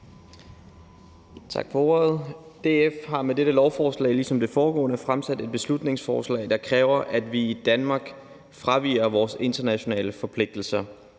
Tak for ordet. DF har med dette beslutningsforslag ligesom det foregående fremsat et beslutningsforslag, der kræver, at vi i Danmark fraviger vores internationale forpligtelser.